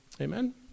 Amen